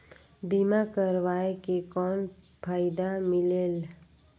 बीमा करवाय के कौन फाइदा मिलेल?